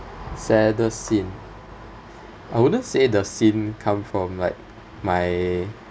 saddest scene I wouldn't say the scene come from like my